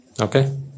Okay